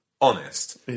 honest